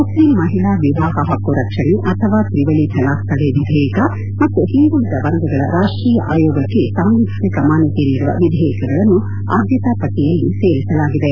Muslim ಮಹಿಳಾ ವಿವಾಹ ಪಕ್ಕು ರಕ್ಷಣೆ ಅಥವಾ ತ್ರಿವಳಿ ತಲಾಖ್ ತಡೆ ವಿಧೇಯಕ ಮತ್ತು ಹಿಂದುಳಿದ ವರ್ಗಗಳ ರಾಷ್ಟೀಯ ಆಯೋಗಕ್ಕೆ ಸಾಂವಿಧಾನಿಕ ಮಾನ್ಕತೆ ನೀಡುವ ವಿಧೇಯಕಗಳನ್ನು ಆದ್ಮತಾ ಪಟ್ಟಿಯಲ್ಲಿ ಸೇರಿಸಲಾಗಿದೆ